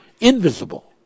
invisible